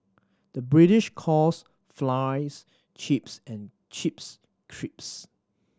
the British calls flies chips and chips crisps